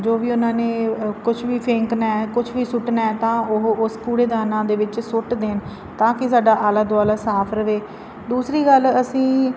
ਜੋ ਵੀ ਉਹਨਾਂ ਨੇ ਕੁਛ ਵੀ ਫੇਕਨਾ ਹੈ ਕੁਛ ਵੀ ਸੁੱਟਣਾ ਹੈ ਤਾਂ ਉਹ ਉਸ ਕੂੜੇਦਾਨਾਂ ਦੇ ਵਿੱਚ ਸੁੱਟ ਦੇਣ ਤਾਂ ਕਿ ਸਾਡਾ ਆਲਾ ਦੁਆਲਾ ਸਾਫ ਰਵੇ ਦੂਸਰੀ ਗੱਲ ਅਸੀਂ